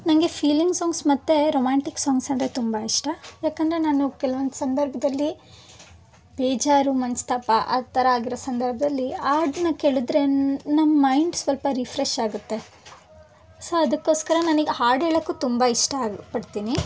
ನನಗೆ feeling songs ಮತ್ತು romantic songs ಅಂದರೆ ತುಂಬ ಇಷ್ಟ ಯಾಕಂದರೆ ನಾನು ಕೆಲ್ವೊಂದು ಸಂದರ್ಭದಲ್ಲಿ ಬೇಜಾರು ಮನಸ್ತಾಪ ಆ ಥರ ಆಗಿರೋ ಸಂದರ್ಭದಲ್ಲಿ ಆ ಹಾಡನ್ನ ಕೇಳಿದ್ರೆ ನನ್ನ ಮೈಂಡ್ ಸ್ವಲ್ಪ ರಿಫ್ರೆಶ್ ಆಗುತ್ತೆ ಸೊ ಅದಕ್ಕೋಸ್ಕರ ನನಗೆ ಹಾಡು ಹೇಳೋಕ್ಕೂ ತುಂಬ ಇಷ್ಟ ಆಗಿ ಪಡ್ತೀನಿ